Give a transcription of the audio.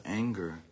anger